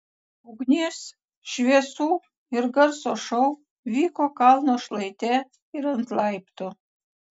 ugnies šviesų ir garso šou vyko kalno šlaite ir ant laiptų